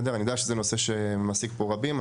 אני יודע שזה נושא שמעסיק פה רבים,